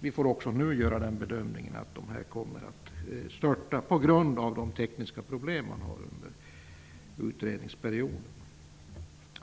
Vi får också nu göra bedömningen att de här planen kommer att störta under provningsperioden, på grund av tekniska problem.